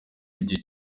igihe